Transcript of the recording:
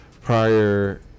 prior